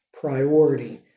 priority